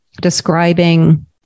describing